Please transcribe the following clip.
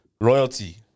royalty